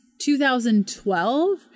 2012